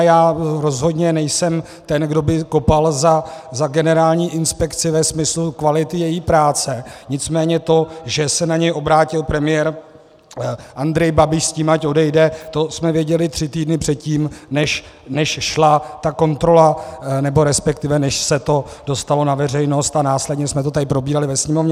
Já rozhodně nejsem ten, kdo by kopal za generální inspekci ve smyslu kvality její práce, nicméně to, že se na něj obrátil premiér Andrej Babiš s tím, ať odejde, to jsme věděli tři týdny předtím, než šla ta kontrola, resp. než se to dostalo na veřejnost, a následně jsme to tady probírali ve Sněmovně.